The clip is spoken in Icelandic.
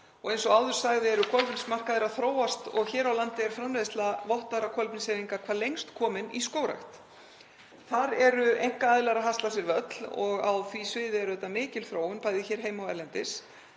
Eins og áður sagði eru kolefnismarkaðir að þróast og hér á landi og er framleiðsla vottaðra kolefniseininga hvað lengst komin í skógrækt. Þar eru einkaaðilar að hasla sér völl og á því sviði er mikil þróun, bæði hér heima og erlendis,